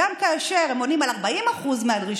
גם כאשר הם עונים על 40% מהדרישות,